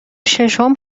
ششم